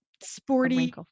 sporty